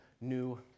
new